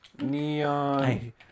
neon